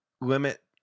limit